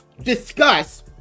discuss